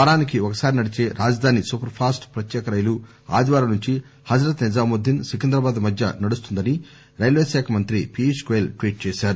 వారానికి ఒకసారి నడిచే రాజధాని సూపర్ ఫాస్ట్ ప్రత్యేక రైలు ఆదివారం నుంచి హజ్రత్ నిజాముద్దిన్ సికింద్రాబాద్ మధ్య నడుస్తుందని రైల్వే శాఖ మంత్రి పియూష్ గోయల్ ట్వీట్ చేశారు